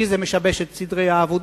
כי זה משבש את סדרי העבודה.